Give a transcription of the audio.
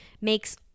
makes